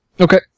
Okay